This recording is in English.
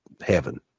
heaven